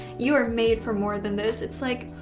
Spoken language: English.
you are made for more than this. it's like.